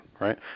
right